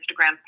Instagram